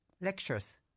lectures